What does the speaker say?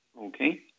Okay